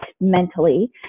mentally